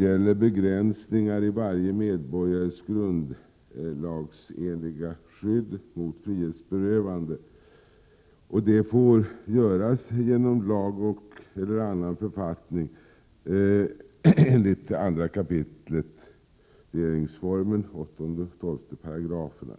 gäller begränsning av varje medborgares grundlagsenliga skydd mot frihetsberövande. Sådan får ske genom lag eller annan författning enligt 2 kap. 8 och 12 §§ regeringsformen.